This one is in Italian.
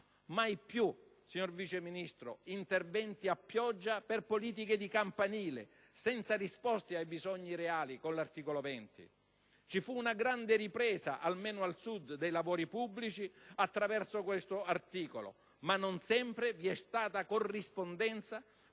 Mai più - signor Vice Ministro - interventi a pioggia per politiche di campanile, senza risposte ai bisogni reali con l'articolo 20. Ci fu una grande ripresa, almeno al Sud, dei lavori pubblici attraverso questo articolo, ma non sempre vi è stata corrispondenza